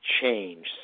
change